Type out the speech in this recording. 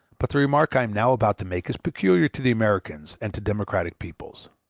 but the remark i am now about to make is peculiar to the americans and to democratic peoples.